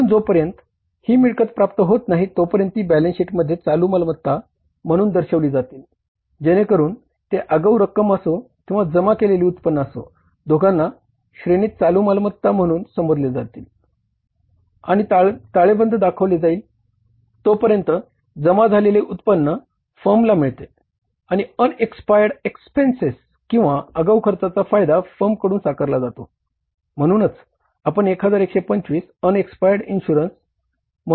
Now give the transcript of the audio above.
म्हणून जोपर्यंत ही मिळकत प्राप्त होत नाही तोपर्यंत ती बॅलन्स शीटमध्ये चालू मालमत्ता चालू मालमत्ता म्हणून घेतला आहे